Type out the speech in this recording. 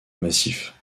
massif